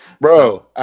bro